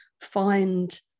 find